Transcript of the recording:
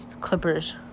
Clippers